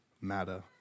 matter